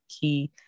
key